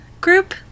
group